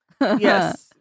Yes